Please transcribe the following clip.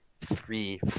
Three